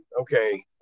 okay